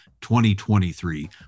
2023